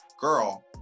girl